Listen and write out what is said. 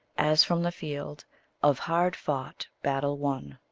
as from the field of hard-fought battle won,